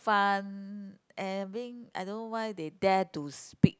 fun and mean I don't know why they dare to speak